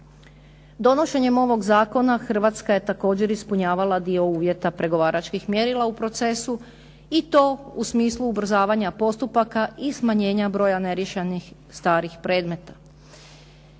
Donošenjem ovog zakona Hrvatska je također ispunjavala dio uvjeta pregovaračkih mjerila u procesu i to u smislu ubrzavanja postupaka i smanjenja broja neriješenih starih predmeta.